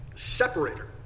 separator